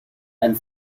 and